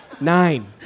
nine